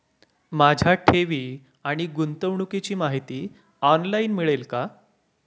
माझ्या ठेवी आणि गुंतवणुकीची माहिती ऑनलाइन मिळेल का?